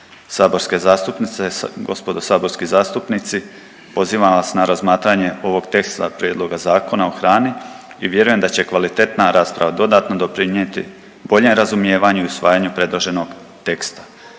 saborske zastupnice, gospodo saborski zastupnici pozivam vas na razmatranje ovog teksta Prijedloga Zakona o hrani i vjerujem da će kvalitetna rasprava dodatno doprinijeti boljem razumijevanju i usvajanju predloženog teksta.